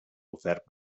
ofert